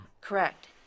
Correct